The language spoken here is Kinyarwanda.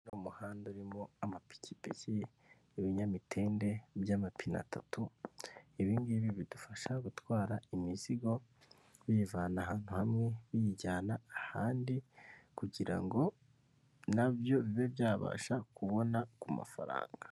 Umuhanda urimo amapikipiki, ibinyamitende, by'amapine atatu, ibi ngibi bidufasha gutwara imizigo, biyivana ahantu hamwe biyijyana ahandi, kugira ngo nabyo bibe byabasha kubona ku mafaranga.